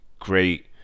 great